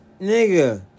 nigga